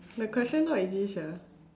the question not easy sia